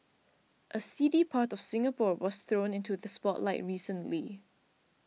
a seedy part of Singapore was thrown into the spotlight recently